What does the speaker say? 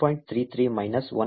33 minus 1